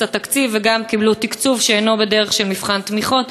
התקציב וגם קיבלו תקציב לא בדרך של מבחן תמיכות.